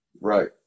Right